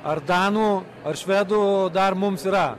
ar danų ar švedų dar mums yra